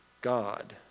God